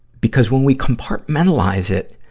because when we compartmentalize it,